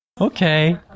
Okay